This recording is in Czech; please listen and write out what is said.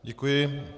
Děkuji.